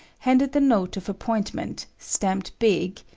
handed the note of appointment, stamped big,